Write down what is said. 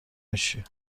میشی